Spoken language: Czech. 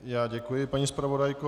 Já děkuji, paní zpravodajko.